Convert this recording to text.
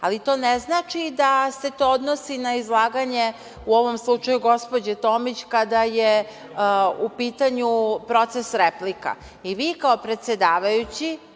ali to ne znači da se to odnosi na izlaganje u ovom slučaju gospođe Tomić kada je u pitanju proces replika. Vi, kao predsedavajući,